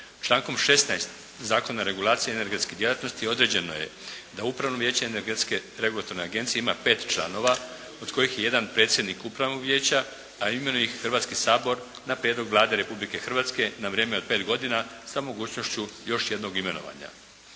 Člankom 16. Zakona o regulaciji energetskih djelatnosti određeno je da Upravno vijeće energetske regulatorne agencije ima pet članova od kojih je jedan predsjednik upravnog vijeća, a imenuje ih Hrvatski sabor na prijedlog Vlade Republike Hrvatske na vrijeme od pet godina sa mogućnošću još jednog imenovanja.